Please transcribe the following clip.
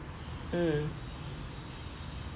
mm